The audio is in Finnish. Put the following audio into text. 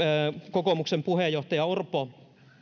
kokoomuksen puheenjohtaja orpo